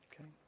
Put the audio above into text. Okay